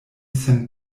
sen